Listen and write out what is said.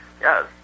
Yes